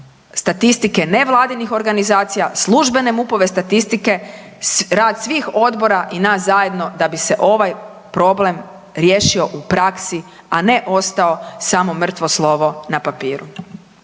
statistike nevladinih organizacija, službene MUP-ove statistike, rad svih odbora i nas zajedno da bi se ovaj problem riješio u praksi, a ne ostao samo mrtvo slovo na papiru.